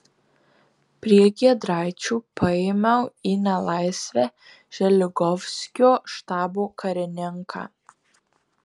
prie giedraičių paėmiau į nelaisvę želigovskio štabo karininką